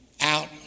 out